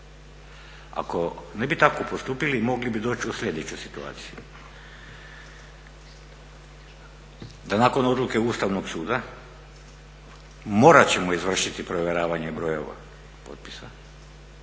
Ako ne bi tako postupili mogli bi doći u sljedeću situaciju, da nakon odluke Ustavnog suda morat ćemo izvršiti provjeravanje brojeva potpisa,